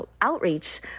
outreach